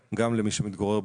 קבע.